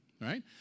right